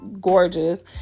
gorgeous